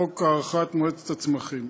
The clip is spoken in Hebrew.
חוק הארכת מועצת הצמחים,